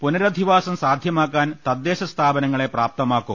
പുനരധിവാസം സാധ്യ മാക്കാൻ തദ്ദേശസ്ഥാപനങ്ങളെ പ്രാപ്തമാക്കും